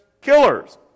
Killers